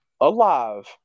alive